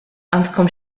għandkom